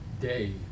day